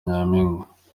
nyampinga